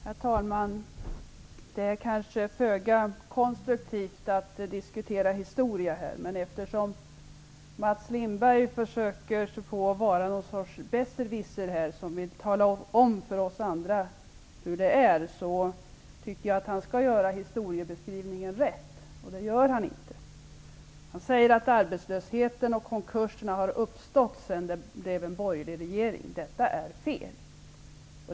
Herr talman! Det är kanske föga konstruktivt att här diskutera historia, men jag gör det eftersom Mats Lindberg här försöker vara något slags besserwisser och tala om för oss andra hur det är. Hans historieskrivning är inte riktig. Mats Lindberg säger att arbetslösheten och konkurserna har uppstått sedan det blev en borgerlig regering. Detta är fel.